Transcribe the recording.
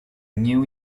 new